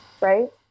right